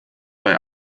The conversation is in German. bei